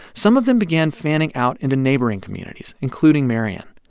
some of them began fanning out into neighboring communities, including marion.